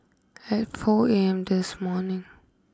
at four A M this morning